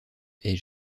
est